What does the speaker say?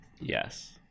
Yes